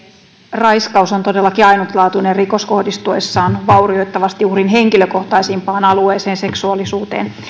raiskaus on todellakin ainutlaatuinen rikos kohdistuessaan vaurioittavasti uhrin henkilökohtaisimpaan alueeseen seksuaalisuuteen